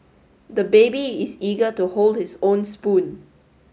the baby is eager to hold his own spoon